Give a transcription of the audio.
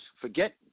Forget